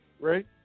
Right